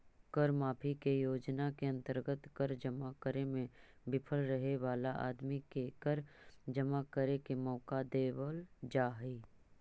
कर माफी के योजना के अंतर्गत कर जमा करे में विफल रहे वाला आदमी के कर जमा करे के मौका देवल जा हई